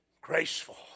graceful